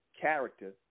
character